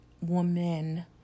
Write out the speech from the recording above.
woman